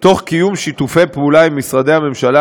תוך קיום שיתופי פעולה עם משרדי הממשלה